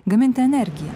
gaminti energiją